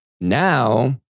Now